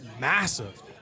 massive